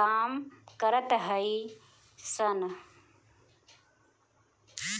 काम करत हई सन